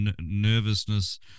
nervousness